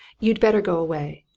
you'd better go away.